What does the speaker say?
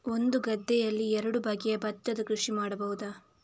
ಒಂದು ಗದ್ದೆಯಲ್ಲಿ ಎರಡು ಬಗೆಯ ಭತ್ತದ ಕೃಷಿ ಮಾಡಬಹುದಾ?